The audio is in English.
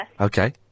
Okay